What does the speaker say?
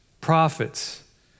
prophets